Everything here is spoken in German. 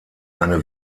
eine